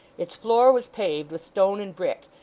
its floor was paved with stone and brick,